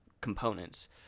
components